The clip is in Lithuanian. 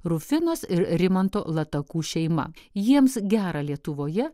rufinos ir rimanto latakų šeima jiems gera lietuvoje